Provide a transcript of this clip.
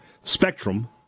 spectrum